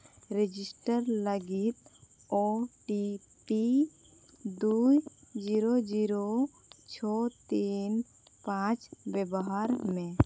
register ᱞᱟᱹᱜᱤᱫ O T P ᱫᱩᱭ zero zero ᱪᱷᱚ ᱛᱤᱱ ᱯᱟᱸᱪ ᱵᱮᱵᱚᱦᱟᱨ ᱢᱮ